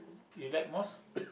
you like most